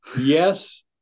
Yes